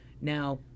Now